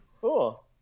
Cool